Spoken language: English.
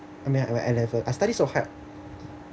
I mean at my N level I studied so hard